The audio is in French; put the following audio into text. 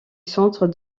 centre